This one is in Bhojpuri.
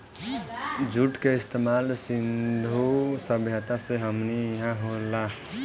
जुट के इस्तमाल सिंधु सभ्यता से हमनी इहा होला